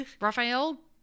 Raphael